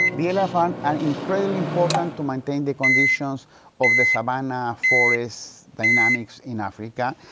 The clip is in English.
the elephant are incredibly important to maintain the conditions of the savannah forests dynamics in africa,